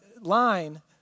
line